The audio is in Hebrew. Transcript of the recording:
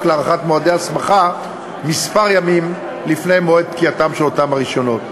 להארכת מועדי הסמכה ימים מספר לפני מועד פקיעתם של אותם הרישיונות.